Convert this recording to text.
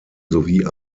sowie